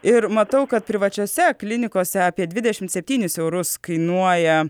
ir matau kad privačiose klinikose apie dvidešim septynis eurus kainuoja